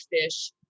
fish